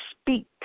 speak